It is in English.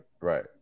right